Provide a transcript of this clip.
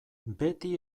beti